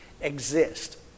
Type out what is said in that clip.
exist